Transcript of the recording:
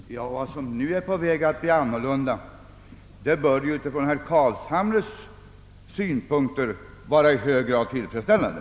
Herr talman! Ja, vad som nu är på väg att bli annorlunda bör utifrån herr Carlshamres synpunkter vara i hög grad tillfredsställande.